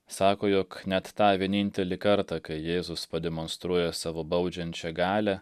sako jog net tą vienintelį kartą kai jėzus pademonstruoja savo baudžiančią galią